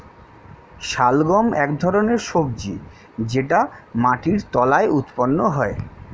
শালগম এক ধরনের সবজি যেটা মাটির তলায় উৎপন্ন হয়